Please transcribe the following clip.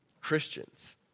Christians